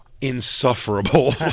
insufferable